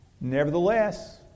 Nevertheless